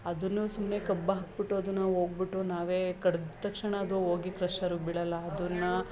ಅದನ್ನು ಸುಮ್ಮನೆ ಕಬ್ಬು ಹಾಕಿಬಿಟ್ಟು ಅದನ್ನ ನಾವು ಹೋಗ್ಬಿಟ್ಟು ನಾವೇ ಕಡ್ದ ತಕ್ಷಣ ಅದು ಹೋಗಿ ಕ್ರಷರಲ್ಲಿ ಬೀಳಲ್ಲ ಅದನ್ನು